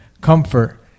comfort